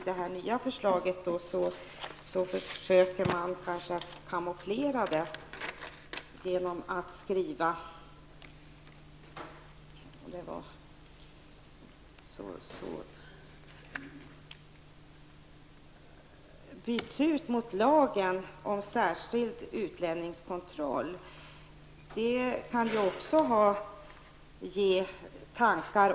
Detta har nu bytts ut mot ''särskild kontroll av vissa utlänningar''.